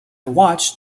watched